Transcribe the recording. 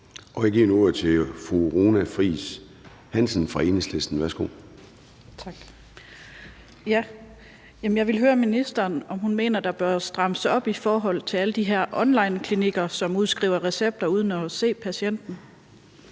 Værsgo. Kl. 10:15 Runa Friis Hansen (EL): Tak. Jeg vil høre ministeren, om hun mener, at der bør strammes op i forhold til alle de her onlineklinikker, som udskriver recepter uden at se patienten.